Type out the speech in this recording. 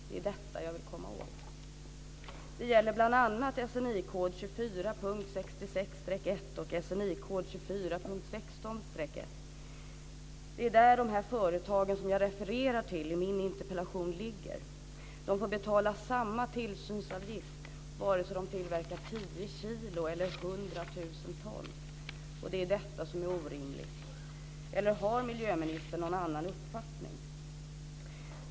Det är detta jag vill komma åt. 24.16-1. Det är där de företag som jag refererar till i min interpellation ligger. De får betala samma tillsynsavgift vare sig de tillverkar tio kilo eller hundratusen ton. Det är detta som är orimligt, eller har miljöministern någon annan uppfattning?